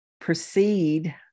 proceed